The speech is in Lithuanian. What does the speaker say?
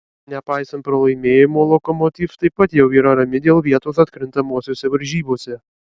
nepaisant pralaimėjimo lokomotiv taip pat jau yra rami dėl vietos atkrintamosiose varžybose